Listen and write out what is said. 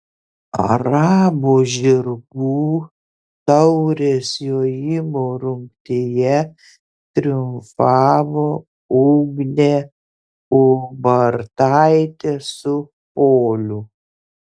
arabų žirgų taurės jojimo rungtyje triumfavo ugnė ubartaitė su poliu